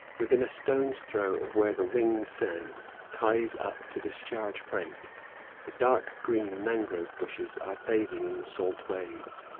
within a stone's-throw of where the wing-sang ties up to discharge freight the dark-green mangrove bushes are bathing in the salt waves.